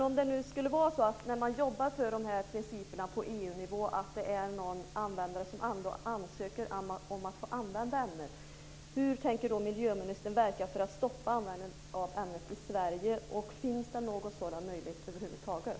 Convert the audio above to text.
Om det nu skulle vara så när man jobbar för de här principerna på EU-nivå att någon användare ansöker om att få använda ett ämne, hur tänker då miljöministern verka för att stoppa användningen av ämnet i Sverige? Finns det någon sådan möjlighet över huvud taget?